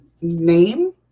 name